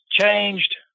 changed